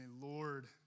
Lord